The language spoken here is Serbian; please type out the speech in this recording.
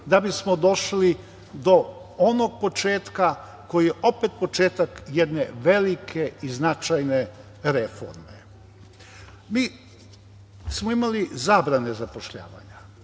da bismo došli do onog početka koji je opet početak jedne velike i značajne reforme. Mi smo imali zabrane zapošljavanja.